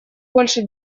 больше